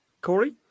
Corey